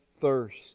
thirst